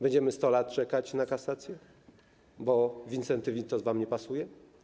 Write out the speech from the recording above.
Będziemy 100 lat czekać na kasację, bo Wincenty Witos wam nie pasuje?